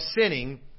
sinning